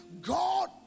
God